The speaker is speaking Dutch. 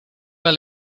wel